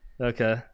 Okay